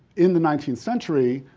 in the nineteenth century,